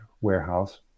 warehouse